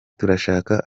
turashaka